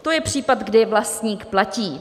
To je případ, kdy vlastník platí.